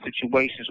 situations